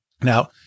Now